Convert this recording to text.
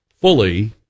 fully